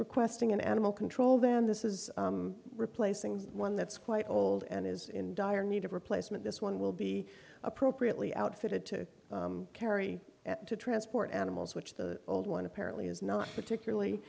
requesting an animal control then this is replacing the one that's quite old and is in dire need of replacement this one will be appropriately outfitted to carry at to transport animals which the old one apparently is not particularly